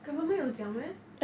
government 有讲 meh